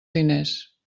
diners